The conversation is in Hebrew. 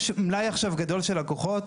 יש עכשיו מלאי עכשיו גדול של לקוחות.